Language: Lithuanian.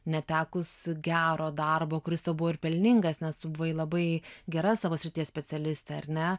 netekus gero darbo kuris tau buvo ir pelningas nes tu buvai labai gera savo srities specialistė ar ne